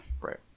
Right